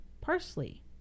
parsley